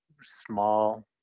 small